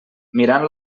mirant